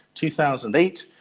2008